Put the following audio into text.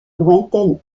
lointaine